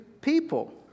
people